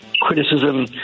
criticism